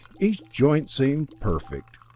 each joint seemed perfect.